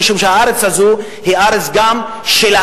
משום שהארץ הזאת היא ארץ גם שלהם.